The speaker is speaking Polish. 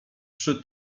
przy